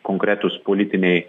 konkretūs politiniai